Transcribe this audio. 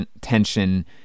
tension